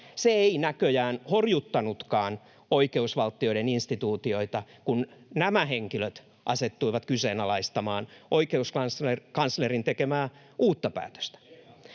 Se ei näköjään horjuttanutkaan oikeusvaltioiden instituutioita, kun nämä henkilöt asettuivat kyseenalaistamaan oikeuskanslerin tekemää uutta päätöstä.